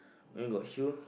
maybe got shoe